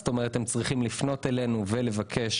כלומר הם צריכים לפנות אלינו ולבקש